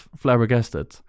flabbergasted